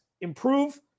improve